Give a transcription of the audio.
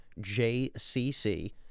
JCC